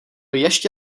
ještě